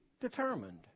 determined